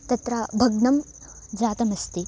तत्र भग्नं जातम् अस्ति